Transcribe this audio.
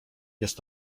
jest